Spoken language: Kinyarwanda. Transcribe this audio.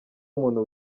umuntu